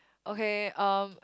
okay um